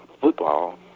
football